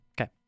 Okay